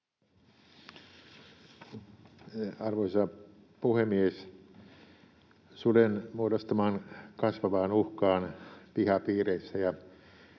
Arvoisa puhemies! Suden muodostamaan kasvavaan uhkaan pihapiireissä